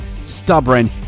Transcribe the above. stubborn